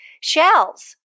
Shells